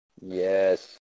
Yes